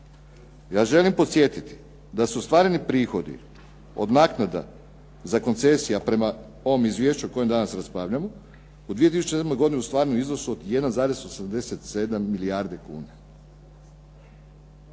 Ja želim podsjetiti da su ostvareni prihodi od naknada za koncesije prema ovom izvješću o kojem danas raspravljamo u 2007. godini ostvareni u iznosu od 1,87 milijardi kuna.